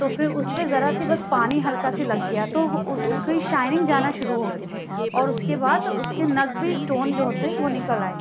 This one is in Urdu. تو پھر اُس میں ذرا سی بس پانی ہلکا سی لگ گیا تو وہ اُس کی شائننگ جانا شروع ہوگئی اور اُس کے بعد اُس کے نگ بھی اسٹون جو ہوتے ہیں وہ نکل آئے